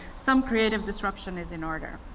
some creative disruption is in order.